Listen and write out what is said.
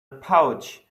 pouch